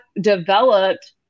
developed